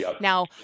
Now